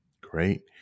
Great